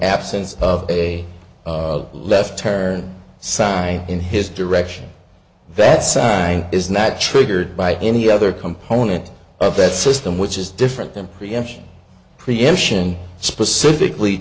absence of a left turn sign in his direction that sound is not triggered by any other component of that system which is different than preemption preemption specifically